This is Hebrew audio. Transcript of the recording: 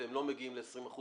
והם לא מגיעים ל-20%,